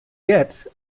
heart